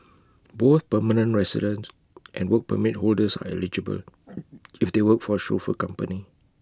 both permanent residents and Work Permit holders are eligible if they work for A chauffeur company